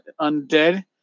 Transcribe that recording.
undead